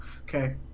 Okay